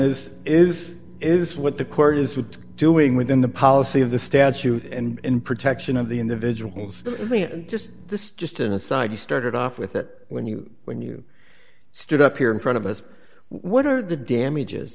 is is this what the court is would doing within the policy of the statute and in protection of the individuals i mean just this just an aside you started off with that when you when you stood up here in front of us what are the damages